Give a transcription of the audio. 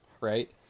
Right